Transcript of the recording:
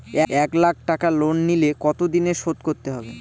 এক লাখ টাকা লোন নিলে কতদিনে শোধ করতে হবে?